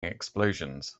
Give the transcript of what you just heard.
explosions